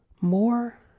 more